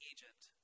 Egypt